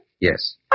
Yes